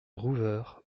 rouveure